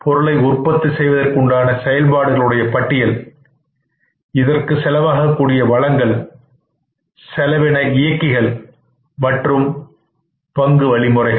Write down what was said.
பொருளை உற்பத்தி செய்வதற்கு உண்டான செயல்பாடுகளின் பட்டியல் இதற்கு செலவாகக் கூடிய வளங்கள் செலவின இயக்கிகள் மற்றும் பங்கு வழிமுறைகள்